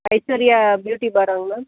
Aishwarya beauty பாரல்ங்களா ma'am